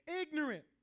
ignorant